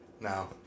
Now